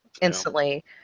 instantly